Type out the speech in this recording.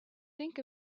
think